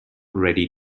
ready